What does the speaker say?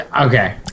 Okay